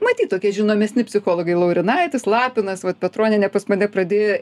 matyt tokie žinomesni psichologai laurinaitis lapinas vat petronienė pas mane pradėjo